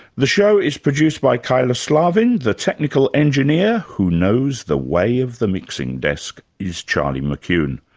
the show is produced by kyla slaven the technical engineer, who knows the way of the mixing desk, is charlie mckune.